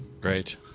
Great